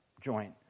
joint